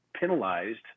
penalized